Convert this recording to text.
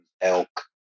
elk